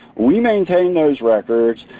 we maintain those records.